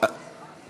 מסיר את כולן.